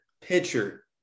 pitcher